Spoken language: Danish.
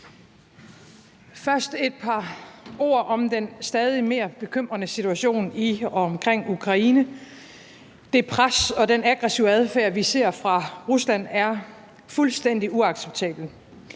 Først et par ord om den stadig mere bekymrende situation i og omkring Ukraine. Det pres og den aggressive adfærd, vi ser fra Rusland, er fuldstændig uacceptabel.